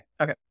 Okay